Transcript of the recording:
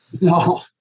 no